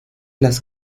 las